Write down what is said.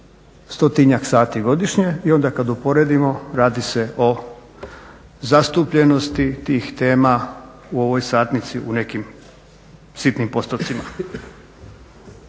stotinjak sati godišnje i onda kada uporedimo radi se o zastupljenosti tih tema u ovoj satnici u nekim sitnim postocima.